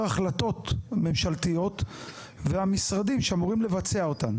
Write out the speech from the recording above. החלטות ממשלתיות והמשרדים שאמורים לבצע אותן.